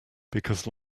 because